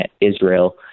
Israel